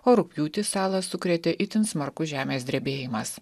o rugpjūtį salą sukrėtė itin smarkus žemės drebėjimas